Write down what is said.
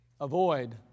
Avoid